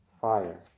fire